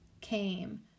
came